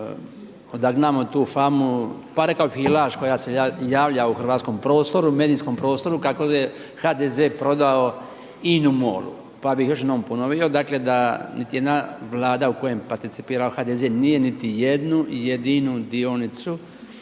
da odagnamo tu famu, pa rekao bih i laž koja se javlja u hrvatskom prostoru, medijskom prostoru kako je HDZ prodao INA-u MOL-u. Pa bih još jednom ponovio, dakle da niti jedna Vlada u kojem je participirao HDZ nije niti jednu jedinu dionicu